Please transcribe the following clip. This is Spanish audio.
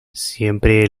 siempre